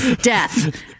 death